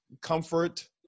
comfort